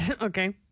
Okay